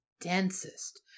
densest